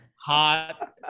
Hot